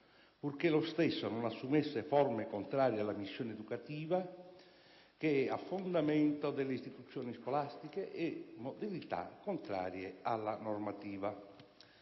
purché lo stesso non assumesse forme contrarie alla missione educativa, che è a fondamento delle istituzioni scolastiche, e modalità contrarie alla normativa.